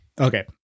Okay